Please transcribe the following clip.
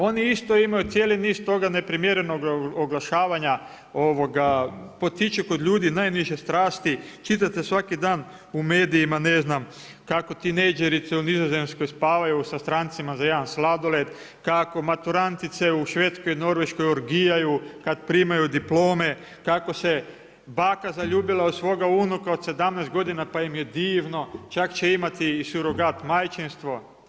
Oni isto imaju cijeli niz toga neprimjerenoga oglašavanja potiču kod ljudi najniže strasti, čitate svaki dan u medijima ne znam kako tinejdžerice u Nizozemskoj spavaju sa strancima za jedan sladoled, kako maturantice u Švedskoj, Norveškoj orgijaju kada primaju diplome, kako se baka zaljubila u svoga unuka od 17 godina pa im je divno, čak će imati i surogat majčinstvo.